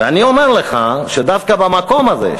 ואני אומר לך שדווקא במקום הזה,